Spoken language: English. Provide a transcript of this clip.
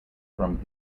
from